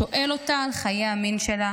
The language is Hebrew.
שואל אותה על חיי המין שלה